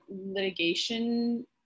litigation